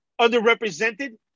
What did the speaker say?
underrepresented